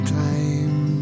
time